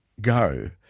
go